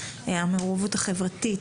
המעורבות החברתית,